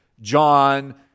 John